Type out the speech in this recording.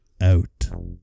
out